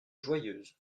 joyeuse